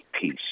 peace